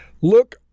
Look